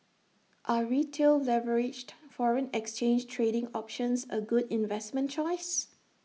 are retail leveraged foreign exchange trading options A good investment choice